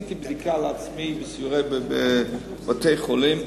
עשיתי לעצמי בדיקה בבתי-חולים.